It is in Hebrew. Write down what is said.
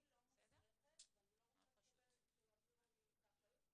אני לא מוסמכת ואני לא רוצה שיעבירו לי את האחריות.